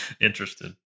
interested